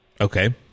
Okay